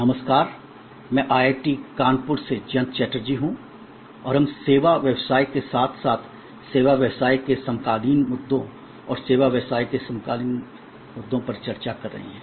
नमस्कार मैं आईआईटी कानपुर से जयंत चटर्जी हूं और हम सेवा व्यवसाय के साथ साथ सेवा व्यवसाय के समकालीन मुद्दों और सेवा व्यवसाय के समकालीन मुद्दों पर चर्चा कर रहे हैं